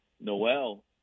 Noel